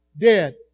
dead